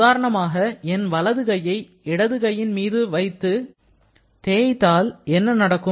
உதாரணமாக என் வலது கையை இடது கையின் மீது வைத்து செய்தால் என்ன நடக்கும்